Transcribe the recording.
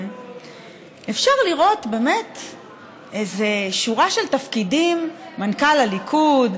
אפשר לראות איזו שורה של תפקידים: מנכ"ל הליכוד,